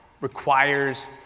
requires